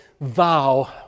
vow